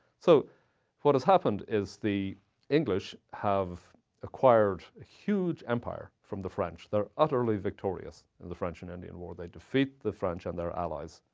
so what has happened is the english have acquired a huge empire from the french. they're utterly victorious in the french and indian war. they defeat the french and their allies,